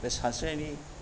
बे सानस्रिनायनि